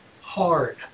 hard